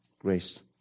grace